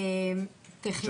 טכנולוגיות.